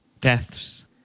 Deaths